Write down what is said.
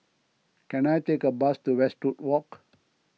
can I take a bus to Westwood Walk